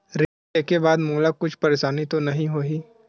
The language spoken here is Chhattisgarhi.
ऋण लेके बाद मोला कुछु परेशानी तो नहीं होही?